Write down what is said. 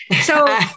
So-